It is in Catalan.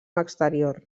exterior